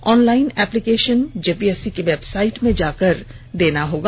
online application JPSC की website में जाकर करना होगा